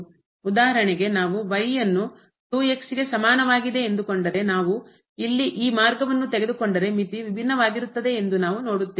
ಉದಾಹರಣೆಗೆ ನಾವು ಅನ್ನು 2x ಗೆ ಸಮಾನವಾಗಿದೆ ಎಂದುಕೊಂಡರೆ ನಾವು ಇಲ್ಲಿ ಈ ಮಾರ್ಗವನ್ನು ತೆಗೆದುಕೊಂಡರೆ ಮಿತಿ ವಿಭಿನ್ನವಾಗಿರುತ್ತದೆ ಎಂದು ನಾವು ನೋಡುತ್ತೇವೆ